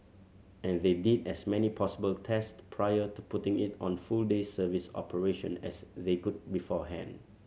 and they did as many possible test prior to putting it on full day service operation as they could beforehand